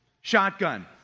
Shotgun